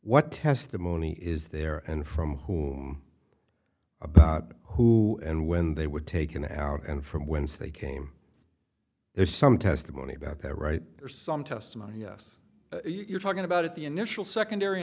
what testimony is there and from whom about who and when they were taken out and from whence they came if some testimony about that right or some testimony yes you're talking about at the initial secondary